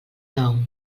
nou